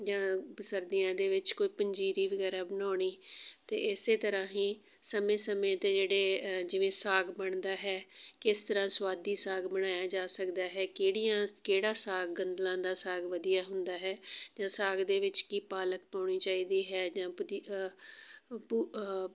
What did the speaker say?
ਜਾਂ ਸਰਦੀਆਂ ਦੇ ਵਿੱਚ ਕੋਈ ਪੰਜੀਰੀ ਵਗੈਰਾ ਬਣਾਉਣੀ ਅਤੇ ਇਸੇ ਤਰ੍ਹਾਂ ਹੀ ਸਮੇਂ ਸਮੇਂ 'ਤੇ ਜਿਹੜੇ ਜਿਵੇਂ ਸਾਗ ਬਣਦਾ ਹੈ ਕਿਸ ਤਰ੍ਹਾਂ ਸਵਾਦੀ ਸਾਗ ਬਣਾਇਆ ਜਾ ਸਕਦਾ ਹੈ ਕਿਹੜੀਆਂ ਕਿਹੜਾ ਸਾਗ ਗੰਦਲਾਂ ਦਾ ਸਾਗ ਵਧੀਆ ਹੁੰਦਾ ਹੈ ਜਾਂ ਸਾਗ ਦੇ ਵਿੱਚ ਕੀ ਪਾਲਕ ਪਾਉਣੀ ਚਾਹੀਦੀ ਹੈ ਜਾਂ